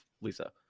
Lisa